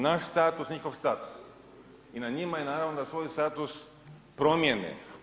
Naš status, njihov status i na njima je naravno da svoj status promijene.